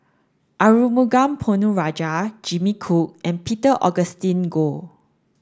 Arumugam Ponnu Rajah Jimmy Chok and Peter Augustine Goh